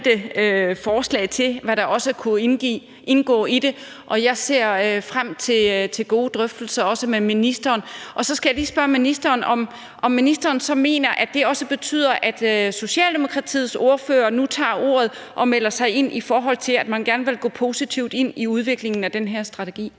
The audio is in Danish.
forslag til, hvad der også kunne indgå i det. Jeg ser frem til gode drøftelser også med ministeren. Så skal jeg lige spørge ministeren, om ministeren så mener, at det også betyder, at Socialdemokratiets ordfører nu tager ordet og melder sig ind og gerne vil være med til at gå positivt ind i udviklingen af den her strategi.